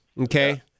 okay